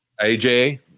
AJ